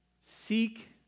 Seek